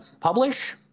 publish